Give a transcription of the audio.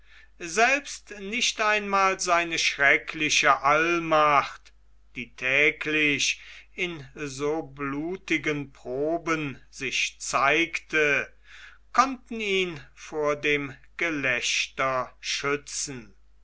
selbst nicht einmal seine schreckliche allmacht die täglich in so blutigen proben sich zeigte konnten ihn vor dem gelächter schützen